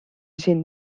sind